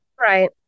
Right